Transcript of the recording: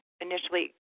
initially